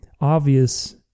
obvious